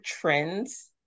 trends